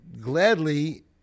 gladly